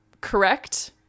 correct